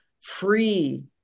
free